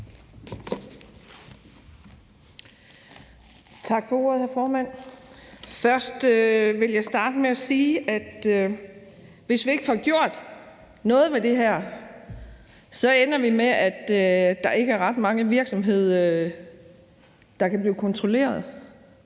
Tak for ordet, hr. formand. Jeg vil starte med at sige, at hvis vi ikke får gjort noget ved det her, ender det med, at der ikke er ret mange virksomheder, der kan blive kontrolleret.